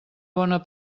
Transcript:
bona